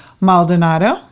Maldonado